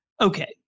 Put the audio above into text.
Okay